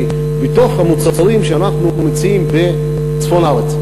בתוך המוצרים שאנחנו מציעים בצפון הארץ,